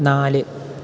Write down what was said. നാല്